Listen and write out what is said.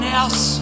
else